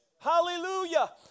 Hallelujah